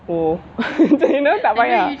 oh you know tak payah